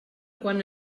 quan